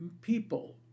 people